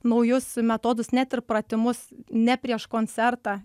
naujus metodus net ir pratimus ne prieš koncertą